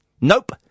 Nope